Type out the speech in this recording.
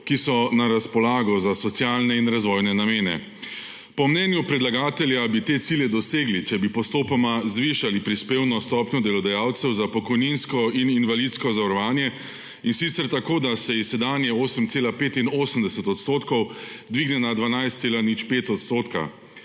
ki so na razpolago za socialne in razvojne namene. Po mnenju predlagatelja bi te cilje dosegli, če bi postopoma zvišali prispevno stopnjo delodajalcev za pokojninsko in invalidsko zavarovanje, in sicer tako, da se s sedanjih 8,85 % dvigne na 12,05 %.